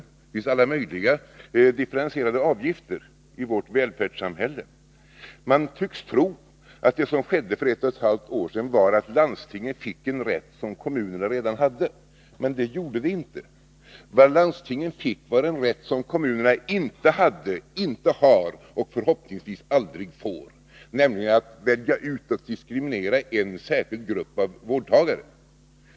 Det finns alla möjliga differentierade avgifter i vårt välfärdssamhälle. Man tycks tro att det som skedde för ett och ett halvt år sedan var att landstingen fick en rätt som kommunerna redan hade. Men så var det inte. Vad landstingen fick var en rätt som kommunerna inte hade, inte har och förhoppningsvis aldrig får, nämligen att välja ut och diskriminera en särskild grupp av vårdtagare.